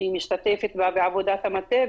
שהיא משתתפת בעבודת המטה.